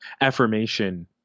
affirmation